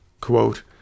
Quote